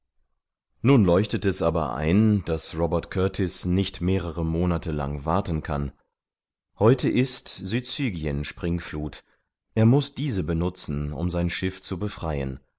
nun leuchtet es aber ein daß robert kurtis nicht mehrere monate lang warten kann heute ist syzygien springfluth er muß diese benutzen um sein schiff zu befreien